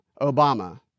Obama